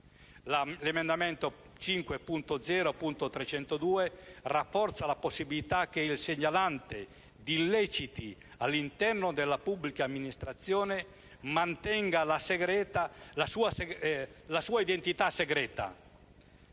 L'emendamento 5.0.302 rafforza la possibilità che il segnalante di illeciti all'interno della pubblica amministrazione mantenga la propria identità segreta.